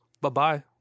Bye-bye